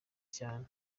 cyane